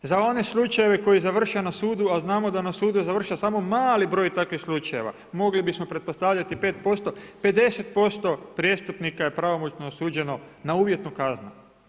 Za one slučajeve koji završe na sudu, a znamo da na sudu završi samo mali broj takvih slučajeva mogli bismo pretpostaviti 5%, 50% prijestupnika je pravomoćno osuđeno na uvjetnu kaznu.